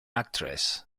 actress